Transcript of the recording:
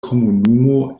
komunumo